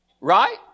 Right